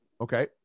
Okay